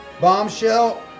Bombshell